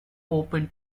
open